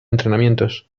entrenamientos